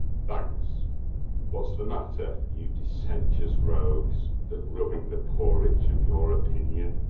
thanks what's the matter, you dissentious rogues that, rubbing the poor itch of your opinion,